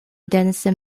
denison